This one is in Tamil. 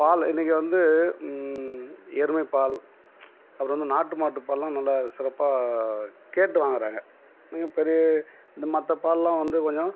பாலு இன்றைக்கி வந்து எருமைப்பால் அப்புறம் வந்து நாட்டு மாட்டுப்பால்லாம் நல்ல சிறப்பாக கேட்டு வாங்குகிறாங்க மிக பெரிய இந்த மற்ற பால்லாம் வந்து கொஞ்சம்